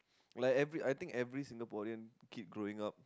like every I think every Singaporean kid growing up